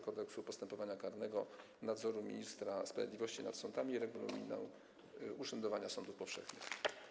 Kodeksu postępowania karnego, nadzoru ministra sprawiedliwości nad sądami, Regulaminu urzędowania sądów powszechnych.